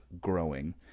growing